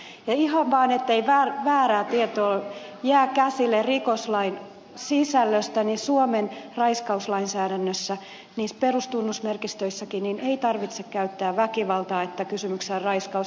ja ihan vaan ettei väärää tietoa jää käsille rikoslain sisällöstä niin suomen raiskauslainsäädännössä niissä perustunnusmerkistöissäkin on niin että ei tarvitse käyttää väkivaltaa että kysymyksessä on raiskaus